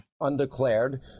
...undeclared